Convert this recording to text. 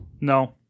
No